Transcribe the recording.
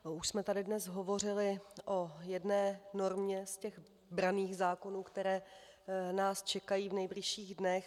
Už jsme tady dnes hovořili o jedné normě z těch braných zákonů, které nás čekají v nejbližších dnech.